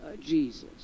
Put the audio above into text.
Jesus